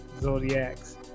zodiacs